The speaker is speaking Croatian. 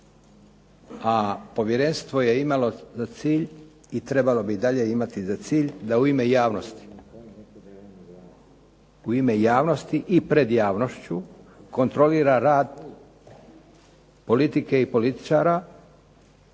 A povjerenstvo je imalo za cilj i trebalo bi i dalje imati za cilj da u ime javnosti i pred javnošću kontrolira rad politike i političara